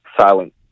silent